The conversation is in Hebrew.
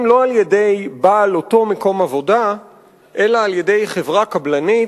לא על-ידי בעל אותו מקום עבודה אלא על-ידי חברה קבלנית,